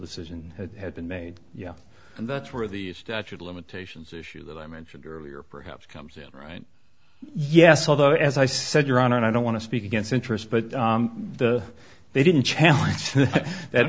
decision had been made and that's where the statute of limitations issue that i mentioned earlier perhaps comes right yes although as i said your honor and i don't want to speak against interest but the they didn't challenge that